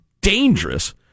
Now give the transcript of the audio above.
dangerous